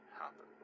happen